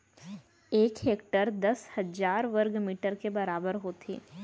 एक हेक्टर दस हजार वर्ग मीटर के बराबर होथे